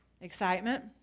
Excitement